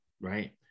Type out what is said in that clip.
right